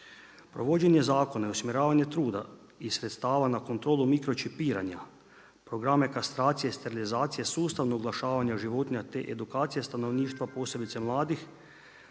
Provođenje zakona i usmjeravanje truda i sredstava na kontrolu mikročipiranja, programe kastracije, sterilizacije, sustavnog oglašavanja životinja te edukacija stanovništva posebice mladih,